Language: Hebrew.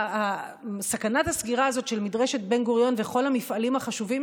סכנת הסגירה של מדרשת בן-גוריון וכל המפעלים החשובים